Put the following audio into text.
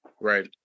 right